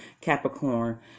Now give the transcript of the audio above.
Capricorn